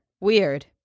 Weird